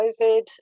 COVID